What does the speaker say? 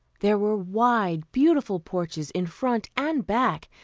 there were wide, beautiful porches in front and back,